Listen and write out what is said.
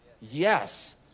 Yes